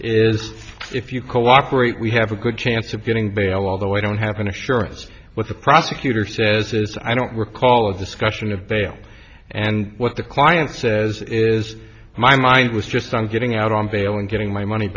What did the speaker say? is if you cooperate we have a good chance of getting bail although i don't have an assurance what the prosecutor says is i don't recall a discussion of bail and what the client says is my mind was just on getting out on bail and getting my money